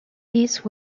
these